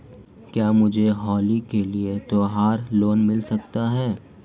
क्या मुझे होली के लिए त्यौहार लोंन मिल सकता है?